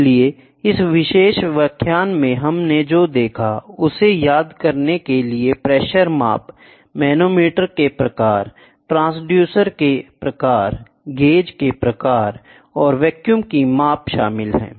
इसलिए इस विशेष व्याख्यान में हमने जो देखा उसे याद करने के लिए प्रेशर माप मैनोमीटर के प्रकार ट्रांसड्यूसर के प्रकार गेज के प्रकार और वैक्यूम की माप शामिल हैं